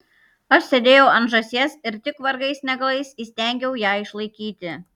aš sėdėjau ant žąsies ir tik vargais negalais įstengiau ją išlaikyti